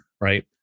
Right